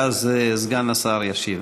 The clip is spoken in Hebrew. ואז סגן השר ישיב.